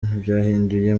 byahinduye